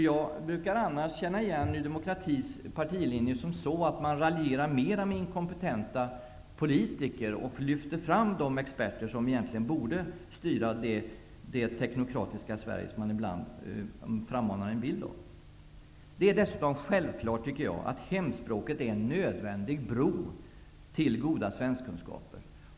Jag brukar annars känna Ny demokratis partilinjer som att man mer raljerar över inkompetenta politiker och lyfter fram de experter som egentligen borde styra det teknokratiska Sverige som man ibland frammanar en bild av. Hemspråket är enligt min mening en nödvändig bro till goda svenskkunskaper.